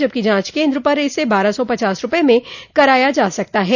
जबकि जॉच केन्द्र पर इसे बारह सौ पचास रूपये में कराया जा सकता है